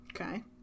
Okay